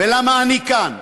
ולמה אני כאן?